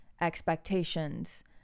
expectations